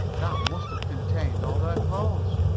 that must have contained all their clothes.